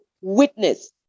witness